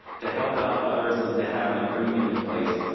to help out others and to have an agreement in place.